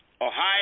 Ohio